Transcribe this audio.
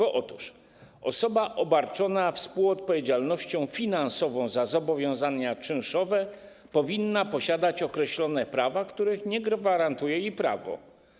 Otóż osoba obarczona współodpowiedzialnością finansową za zobowiązania czynszowe powinna posiadać określone prawa, których nie gwarantuje jej system prawny.